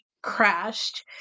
crashed